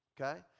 okay